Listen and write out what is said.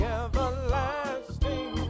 everlasting